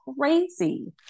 crazy